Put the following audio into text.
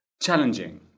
Challenging